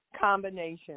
combination